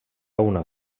una